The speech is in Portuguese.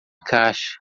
caixa